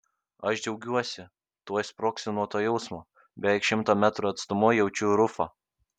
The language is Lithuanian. aš džiaugiuosi tuoj sprogsiu nuo to jausmo beveik šimto metrų atstumu jaučiu rufą